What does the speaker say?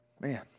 Man